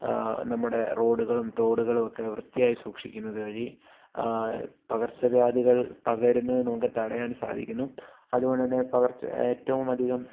നമ്മുടെ റോഡുകളും തോടുകളും ഒക്കെ വൃത്തിയായി സൂക്ഷിക്കുന്നതുവഴി പകര്ച്ചവ്യാധികള് പകരുന്നത് നമുക്ക് തടയാന് സാധിക്കുന്നു അതുകൊണ്ടുതന്നെ പകര്ച്ച ഏറ്റവുമധികം